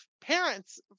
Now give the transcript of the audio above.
parents